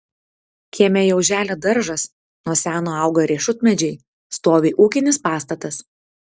kieme jau želia daržas nuo seno auga riešutmedžiai stovi ūkinis pastatas